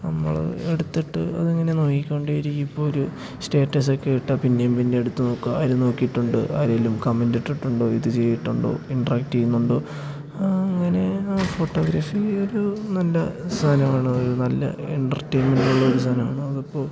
നമ്മളെടുത്തിട്ട് അതിങ്ങനെ നോക്കിക്കൊണ്ടിരിക്കും ഇപ്പോള് ഒരു സ്റ്റേറ്റസ് ഒക്കെ ഇട്ടാല് പിന്നെയും പിന്നെയും എടുത്തുനോക്കുക ആര് നോക്കിയിട്ടുണ്ട് ആരെങ്കിലും കമൻറ്റ് ഇട്ടിട്ടുണ്ടോ ഇത് ചെയ്ട്ടുണ്ടോ ഇൻട്രാക്ട് ചെയ്യുന്നുണ്ടോ അങ്ങനെ ആ ഫോട്ടോഗ്രഫി ഒരു നല്ല സാധനമാണ് ഒരു നല്ല എൻ്റർടൈൻമെന്റ് ഉള്ളൊരു സാധനമാണ് അതിപ്പൊള്